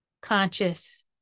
conscious